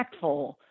impactful